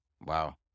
Wow